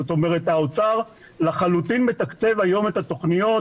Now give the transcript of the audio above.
זאת אומרת שהאוצר לחלוטין מתקצב היום את התוכניות,